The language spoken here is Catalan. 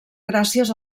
gràcies